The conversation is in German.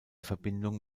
verbindung